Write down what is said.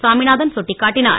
சாமிநாதன் சுட்டிக்காட்டினார்